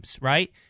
right